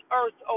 earth